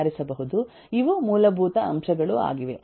ಇವು ಮೂಲಭೂತ ಅಂಶಗಳು ಆಗಿವೆ